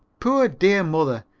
poor, dear mother,